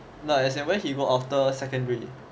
nah as in where he go after secondary